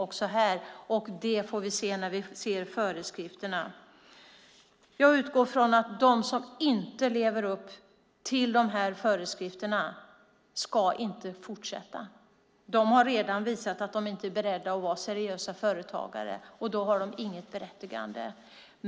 Det får vi ser när vi ser föreskrifterna. Jag utgår från att de som inte lever upp till föreskrifterna inte ska fortsätta. De har redan visat att de inte är beredda att vara seriösa företagare. Då har de inget berättigande.